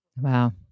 Wow